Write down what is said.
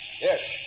Yes